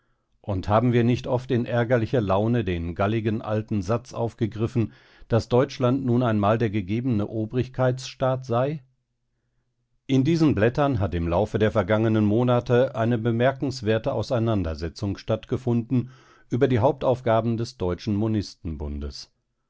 und haben wir nicht oft in ärgerlicher laune den galligen alten satz aufgegriffen daß deutschland nun einmal der gegebene obrigkeitsstaat sei in diesen blättern hat im laufe der vergangenen monate eine bemerkenswerte auseinandersetzung stattgefunden über die hauptaufgaben des deutschen